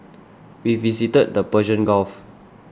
we visited the Persian Gulf